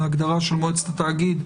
בהגדרה של מועצת התאגיד,